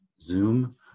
zoom